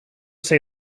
say